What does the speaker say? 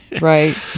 Right